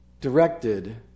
directed